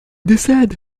décède